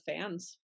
fans